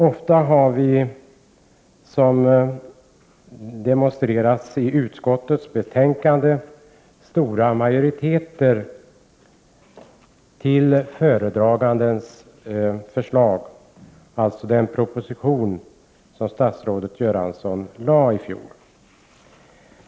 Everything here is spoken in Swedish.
Ofta har vi — vilket demonstreras i utskottets betänkande — stora majoriteter för föredragandens förslag, i det här fallet den proposition som statsrådet Göransson lade fram i fjol.